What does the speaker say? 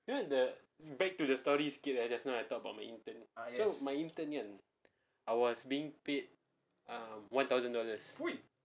you know the back to the story sikit right just now I talk about my intern so my intern kan I was being paid err one thousand dollars